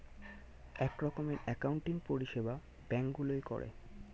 এক রকমের অ্যাকাউন্টিং পরিষেবা ব্যাঙ্ক গুলোয় করে